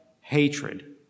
hatred